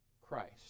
Christ